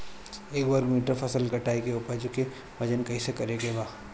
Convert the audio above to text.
एक वर्ग मीटर फसल कटाई के उपज के वजन कैसे करे के बा?